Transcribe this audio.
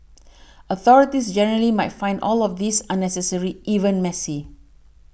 authorities generally might find all of this unnecessary even messy